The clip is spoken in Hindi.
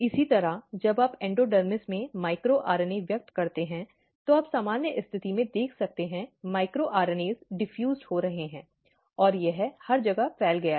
इसी तरह जब आप एंडोडर्मिस में माइक्रो आरएनए व्यक्त करते हैं तो आप सामान्य स्थिति में देख सकते हैं माइक्रो आरएनएएस डिफ्यूज्ड हो रहे हैं और यह हर जगह फैल गया है